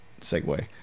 segue